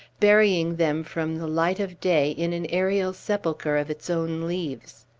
burying them from the light of day in an aerial sepulchre of its own leaves.